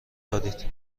دارید